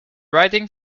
riding